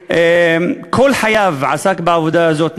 שכל חייו עסק בעבודה הזאת,